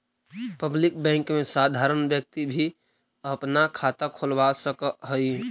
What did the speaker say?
public bank में साधारण व्यक्ति भी अपना खाता खोलवा सकऽ हइ